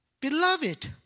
Beloved